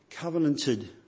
Covenanted